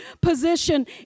position